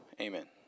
Amen